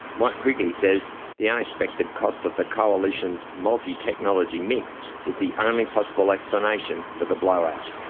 mike quigley says the unexpected cost of the coalition's multi-technology mix is the only possible explanation for the blowout.